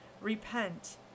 Repent